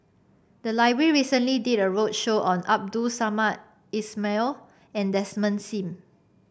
the library recently did a roadshow on Abdul Samad Ismail and Desmond Sim